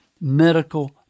medical